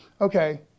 Okay